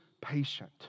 patient